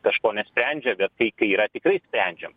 kažko nesprendžia bet kai kai yra tikrai sprendžiam